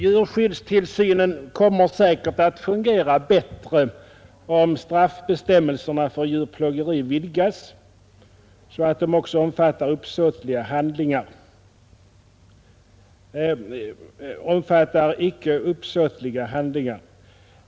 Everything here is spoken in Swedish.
Djurskyddstillsynen kommer säkert att fungera bättre om straffbestämmelserna för djurplågeri vidgas, så att de också omfattar icke uppsåtliga handlingar.